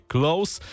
Close